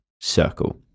circle